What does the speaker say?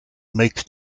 makes